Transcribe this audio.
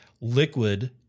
Liquid